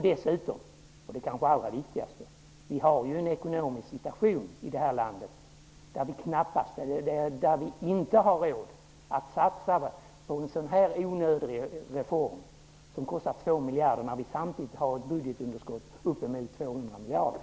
Dessutom, och kanske allra viktigast: Den ekonomiska situationen i det här landet innebär att vi inte har råd att satsa på en sådan här onödig reform, som kostar 2 miljarder, när vi samtidigt har ett budgetunderskott på uppemot 200 miljarder.